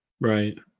right